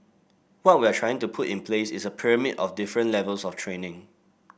what we're trying to put in place is a pyramid of different levels of training